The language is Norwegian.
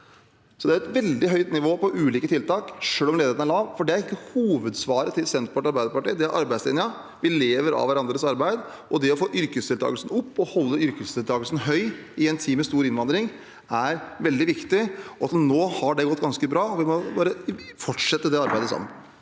Det er et veldig høyt nivå på ulike tiltak selv om ledigheten er lav. Hovedsvaret til Senterpartiet og Arbeiderpartiet er arbeidslinja. Vi lever av hverandres arbeid, og det å få yrkesdeltakelsen opp og holde den høy i en tid med stor innvandring er veldig viktig. Til nå har det gått ganske bra, og vi må bare fortsette det arbeidet sammen.